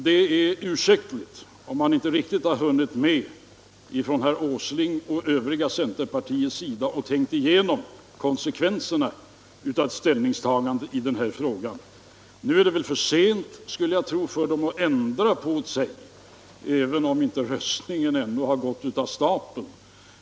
Det är ursäktligt om herr Åsling och övriga centerpartister inte riktigt hunnit tänka igenom konsekvenserna av sitt ställningstagande i den här frågan. Nu är det för sent, tror jag, att ändra sig — även om röstningen ännu inte gått av stapeln.